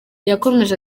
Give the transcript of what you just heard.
yakomeje